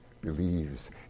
believes